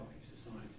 society